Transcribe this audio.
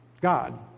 God